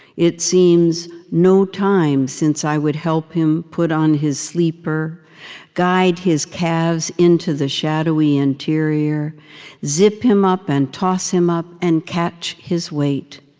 it seems no time since i would help him put on his sleeper guide his calves into the shadowy interior zip him up and toss him up and catch his weight.